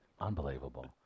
Unbelievable